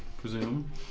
presume